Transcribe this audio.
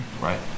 Right